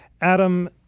Adam